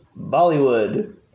Bollywood